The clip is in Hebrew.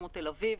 כמו תל-אביב,